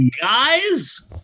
guys